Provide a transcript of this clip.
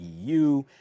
EU